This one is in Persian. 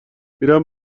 میرم